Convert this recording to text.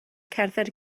cerdded